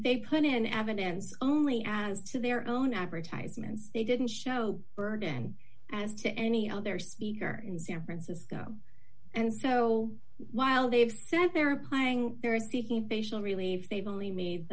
they put in evidence only as to their own advertisements they didn't show burden as to any other speaker in san francisco and so while they've said they're applying they're sticking they should really they've only m